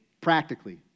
practically